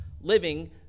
Living